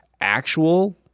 actual